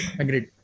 agreed